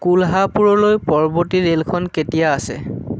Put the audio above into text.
কোলহাপুৰলৈ পৰৱৰ্তী ৰে'লখন কেতিয়া আছে